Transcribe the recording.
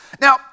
Now